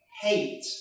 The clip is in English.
hate